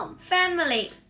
family